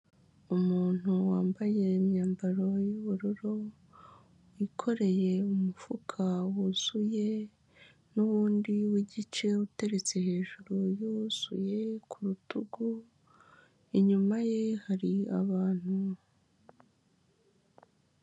Umuntu wambaye imyambaro y'ubururu wikoreye umufuka wuzuye nuwundi wigice uteretse hejuru yu wuzuye ku rutugu inyuma ye hari abantu.